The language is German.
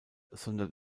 sondern